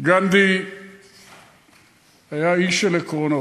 תנחומי לכם,